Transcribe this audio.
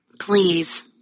please